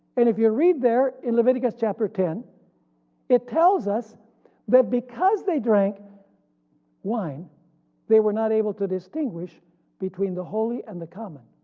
and if you read in leviticus chapter ten it tells us that because they drank wine they were not able to distinguish between the holy and the common.